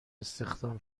استخدام